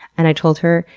and i told her,